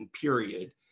period